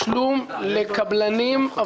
לאט לאט עם הרפורמות.